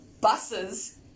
buses